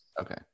Okay